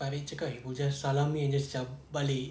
farid cakap he would just salam me and just cam balik